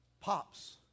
pops